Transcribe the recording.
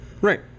Right